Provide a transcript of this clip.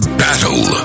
battle